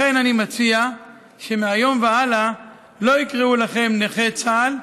לכן אני מציע שהמיום והלאה לא יקראו לכם "נכי צה"ל"